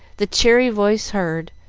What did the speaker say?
the cheery voice heard,